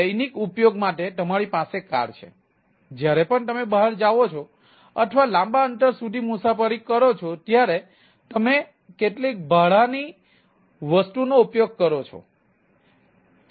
દૈનિક ઉપયોગ માટે તમારી પાસે કાર છે જ્યારે પણ તમે બહાર જાઓ છો અથવા લાંબા અંતર સુધી મુસાફરી કરો છો ત્યારે તમે કેટલીક ભાડાની વસ્તુઓનો ઉપયોગ કરો છો